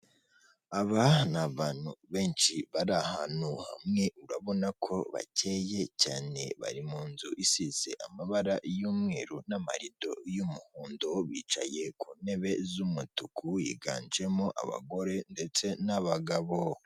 Aba ni abantu benshi bari ahantu hamwe urabona ko bakenye cyane bari mu nzu isize amabara y'umweru n'amarido y'umuhondo bicaye ku ntebe z'umutuku, yiganjemo abagore ndetse n'abagabo.